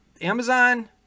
Amazon